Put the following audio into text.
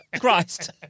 Christ